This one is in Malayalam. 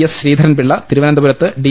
എസ് ശ്രീധരൻപിള്ള തിരുവനന്തപുരത്ത് ഡി